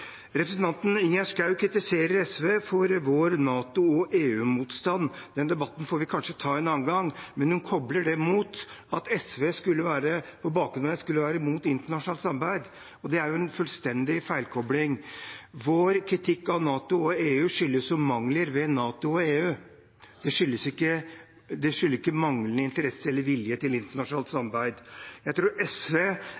Representanten Ingjerd Schou kritiserer oss i SV for vår NATO- og EU-motstand. Den debatten får vi kanskje ta en annen gang, men hun kobler det mot at SV på bakgrunn av det skulle være mot internasjonalt samarbeid. Det er en fullstendig feilkobling. Vår kritikk av NATO og EU skyldes mangler ved NATO og EU, det skyldes ikke manglende interesse eller vilje til internasjonalt